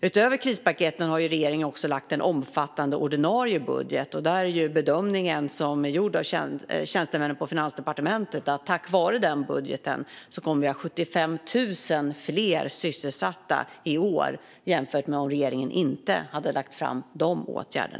Utöver krispaketen har regeringen också lagt en omfattande ordinarie budget, och bedömningen som är gjord av tjänstemännen på Finansdepartementet är att tack vare denna budget kommer vi att ha 75 000 fler sysselsatta i år jämfört med om regeringen inte hade vidtagit dessa åtgärder.